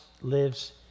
lives